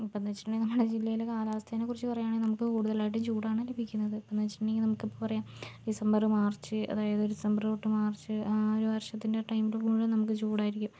ഇപ്പോഴെന്ന് വെച്ചിട്ടുണ്ടെങ്കിൽ നമ്മുടെ ജില്ലയില് കാലാവസ്ഥേനെ കുറിച്ച് പറയുവാണേൽ നമുക്ക് കൂടുതലായിട്ട് ചൂടാണ് ലഭിക്കുന്നത് ഇപ്പോഴെന്ന് വെച്ചിട്ടുണ്ടെങ്കിൽ പറയാം ഡിസംമ്പർ മാർച്ച് അതായത് ഡിസംമ്പർ തൊട്ട് മാർച്ച് ആ ഒരു വർഷത്തിൻ്റെ ടൈമിൽ മുഴുവൻ നമുക്ക് ചൂടായിരിക്കും